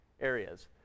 areas